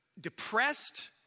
depressed